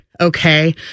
okay